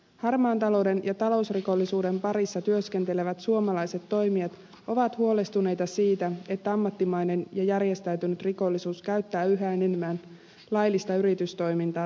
harmaan talouden ja talousrikollisuuden parissa työskentelevät suomalaiset toimijat ovat huolestuneita siitä että ammattimainen ja järjestäytynyt rikollisuus käyttää yhä enemmän laillista yritystoimintaa tarkoituksiinsa